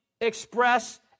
express